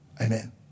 Amen